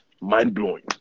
mind-blowing